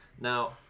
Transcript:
Now